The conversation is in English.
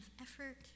effort